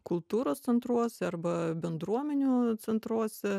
kultūros centruose arba bendruomenių centruose